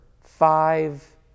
five